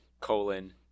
colon